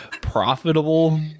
profitable